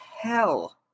hell